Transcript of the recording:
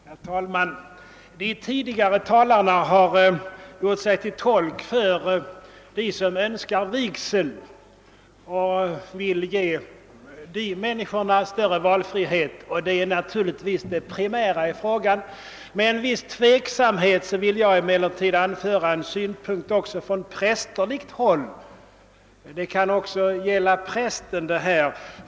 Herr talman! De tidigare talarna har uteslutande uppehållit sig vid dem som önskar vigsel och vill ge dessa större valfrihet, och det är naturligtvis det primära i denna fråga. Med en viss tveksamhet vill jag emellertid anföra en synpunkt också från prästerligt håll. Dessa frågor berör ju också prästerna.